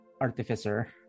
Artificer